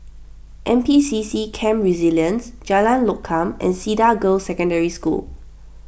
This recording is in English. N P C C Camp Resilience Jalan Lokam and Cedar Girls' Secondary School